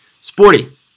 Sporty